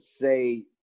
say